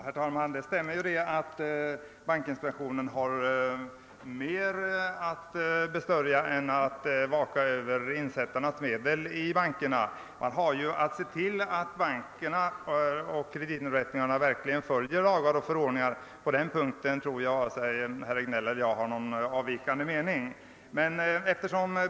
Herr talman! Det stämmer att bankinspektionen har mer att besörja än att vaka över bankinsättarnas medel. Den har också att se till att banker och andra kreditinrättningar följer lagar och förordningar. På den punkten tror jag inte att herr Regnéll och jag har olika meningar.